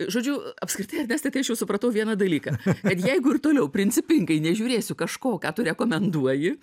žodžiu apskritai ernestai tai aš jau supratau vieną dalyką kad jeigu ir toliau principingai nežiūrėsiu kažko ką tu rekomenduoji